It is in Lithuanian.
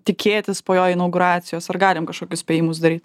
tikėtis po jo inauguracijos ar galim kažkokius spėjimus daryt